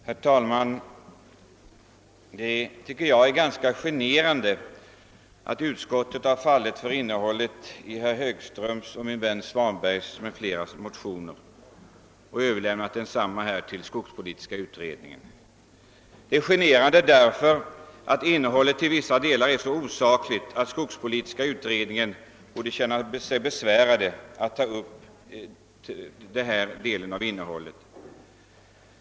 Herr talman! Jag tycker att det är ganska generande att utskottet fallit för innehållet i motionerna av herr Högström och min vän Svanberg m.fl. och föreslagit att motionerna skall överlämnas till skogspolitiska utredningen. Det är generande därför att innehållet till vissa delar är så osakligt, att skogspolitiska utredningen borde känna sig besvärad därav.